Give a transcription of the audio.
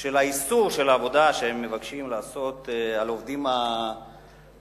של איסור העבודה שהם מבקשים להחיל על העובדים הפלסטינים,